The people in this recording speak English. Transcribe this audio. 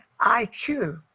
IQ